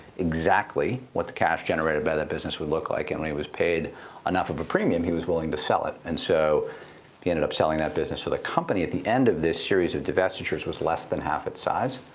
exactly, what the cash generated by that business would look like. and when he was paid enough of a premium, he was willing to sell it. and so he end selling that business. so the company, at the end of this series of divestitures, was less than half its size.